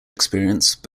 experience